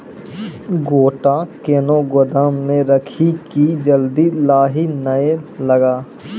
गोटा कैनो गोदाम मे रखी की जल्दी लाही नए लगा?